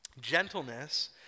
Gentleness